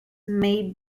may